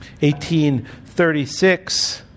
1836